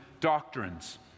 doctrines